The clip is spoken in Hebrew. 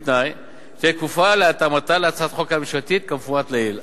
שתהא בכפוף להתאמתה להצעת החוק הממשלתית כמפורט לעיל.